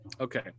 Okay